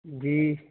جی